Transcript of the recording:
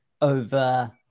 over